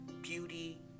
Beauty